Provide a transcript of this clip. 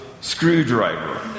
screwdriver